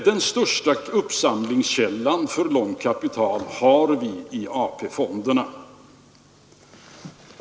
Den största uppsamlingskällan för långt kapital är AP-fonderna.